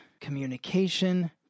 Communication